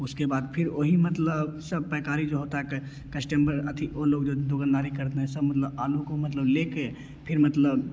उसके बाद फिर ओ ही मतलब सब पैकारी जो होता है क कष्टमर अथि ओ लोग जो दुकानदारी करते हैं सब मतलब आलू को मतलब लेके फिर मतलब